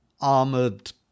armored